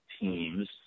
teams